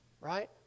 right